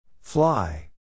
Fly